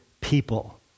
people